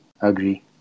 Agree